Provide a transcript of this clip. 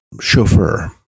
chauffeur